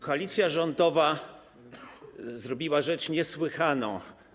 Koalicja rządowa zrobiła rzecz niesłychaną.